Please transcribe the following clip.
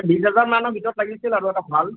বিশ হাজাৰ মানৰ ভিতৰত লাগিছিল আৰু এটা ভাল